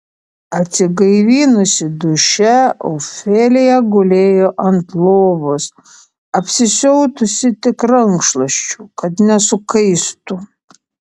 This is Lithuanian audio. atsigaivinusi duše ofelija gulėjo ant lovos apsisiautusi tik rankšluosčiu kad nesukaistų